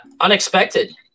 Unexpected